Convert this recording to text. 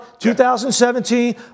2017